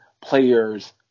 players